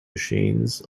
machines